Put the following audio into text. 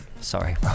Sorry